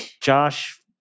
Josh